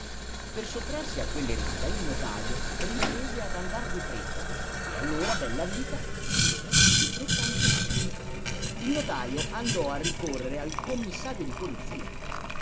per sottrarsi a quelle risa il notajo riprese ad andar di fretta e allora bellavita dietro di fretta anche lui il notajo andò a ricorrere al commissario di polizia